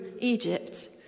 Egypt